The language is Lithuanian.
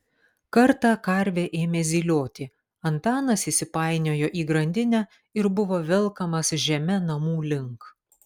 kartą karvė ėmė zylioti antanas įsipainiojo į grandinę ir buvo velkamas žeme namų link